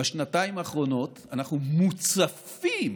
בשנתיים האחרונות אנחנו מוצפים